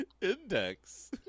Index